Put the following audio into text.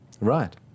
Right